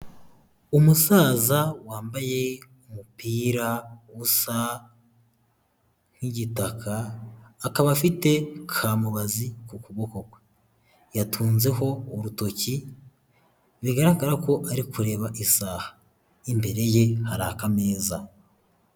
Umusaza wambaye umupira usa nk'igitaka, akaba afite kamubazi ku kuboko kwe yatunzeho urutoki, bigaragara ko ari kureba isaha, imbere ye hari akameza.